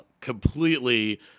completely